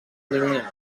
guinea